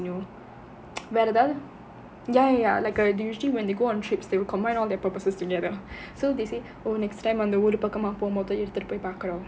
ya ya like usually when they go on trips they will combine all their purposes together so they say so next time வந்து அந்த ஊரு பக்கமா போகும் போது எடுத்துட்டு போய் பார்க்குறோம்:varuthu antha ooru pakkamaa pogum pothu eduthuttu poyi paarkkurom